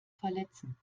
verletzen